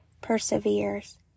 perseveres